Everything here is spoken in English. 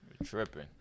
Tripping